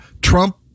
Trump